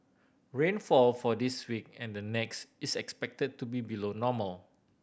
rainfall for this week and the next is expected to be below normal